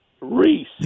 Reese